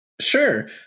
Sure